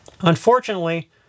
Unfortunately